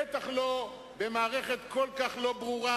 בטח לא במערכת כל כך לא ברורה,